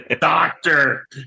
Doctor